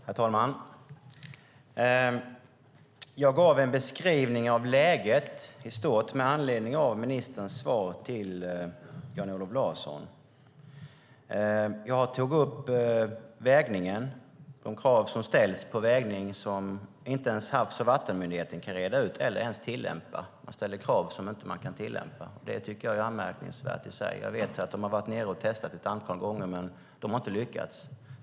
Herr talman! Jag gav en beskrivning av läget i stort med anledning av ministerns svar till Jan-Olof Larsson. Jag tog upp vägningen. De krav som ställs på vägning kan inte ens Havs och vattenmyndigheten reda ut eller tillämpa. Man ställer krav som inte går att tillämpa, och det tycker jag är anmärkningsvärt. Jag vet att de har testat ett antal gånger, men de har inte lyckats.